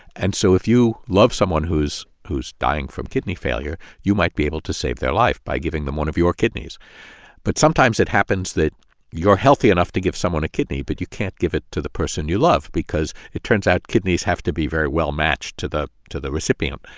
and so if you love someone who's who's dying from kidney failure, you might be able to save their life by giving them one of your kidneys but sometimes it happens that you're healthy enough to give someone a kidney, but you can't give it to the person you love because it turns out kidneys have to be very well matched to the to the recipient.